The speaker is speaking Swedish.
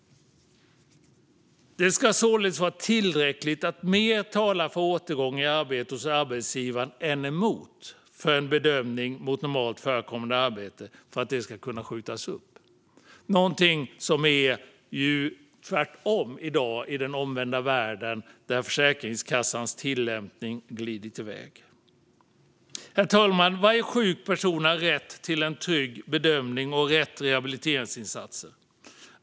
Herr talman! Det ska således vara tillräckligt att mer talar för återgång i arbete hos arbetsgivaren än emot för att bedömningen mot normalt förekommande arbete ska kunna skjutas upp. I dagens omvända värld, där Försäkringskassans tillämpning glidit i väg, är det tvärtom. Herr talman! Varje sjuk person har rätt till en trygg bedömning och rätt rehabiliteringsinsatser.